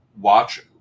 watch